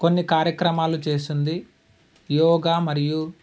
కొన్ని కార్యక్రమాలు చేసింది యోగా మరియు